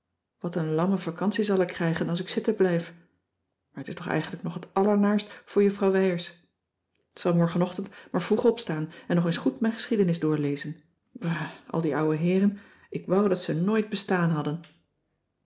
wat een lamme vacantie zal ik krijgen als ik zitten blijf maar t is toch eigenlijk nog het allernaarst voor juffrouw wijers k zal morgenochtend maar vroeg opstaan en nog eens goed mijn geschiedenis doorlezen brr al die ouwe heeren ik wou dat ze nooit bestaan hadden